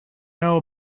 know